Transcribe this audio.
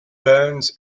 burns